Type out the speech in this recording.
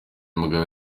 mugabo